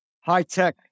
high-tech